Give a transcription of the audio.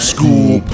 School